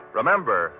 Remember